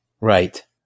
Right